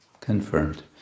Confirmed